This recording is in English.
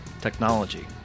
technology